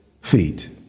feet